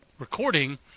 Recording